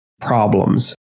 problems